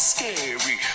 Scary